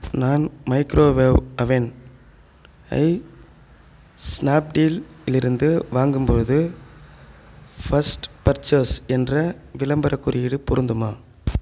நான் microwave oven ஐ Snapdeal இருந்து வாங்கும்போது ஃபர்ஸ்ட் பர்சஸ் என்ற விளம்பரக் குறியீடு பொருந்துமா